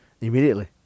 Immediately